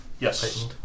Yes